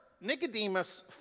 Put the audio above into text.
Nicodemus